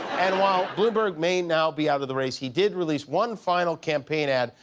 and while bloomberg may now be out of the race he did release one final campaign ad,